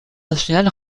national